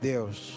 Deus